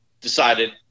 decided